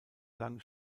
lang